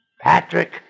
Patrick